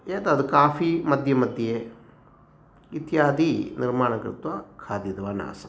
एतद् काफ़ी मध्येमध्ये इत्यादि निर्माणं कृत्वा खादितवान् आसम्